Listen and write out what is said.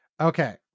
Okay